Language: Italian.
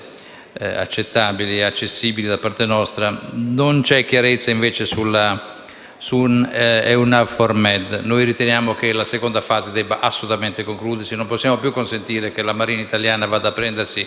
accettabili e accessibili da parte nostra, non c'è chiarezza invece sulla questione inerente a EUNAVFOR MED. Noi riteniamo che la fase 2 debba assolutamente concludersi: non possiamo più consentire che la Marina italiana vada a prendersi